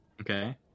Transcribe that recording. okay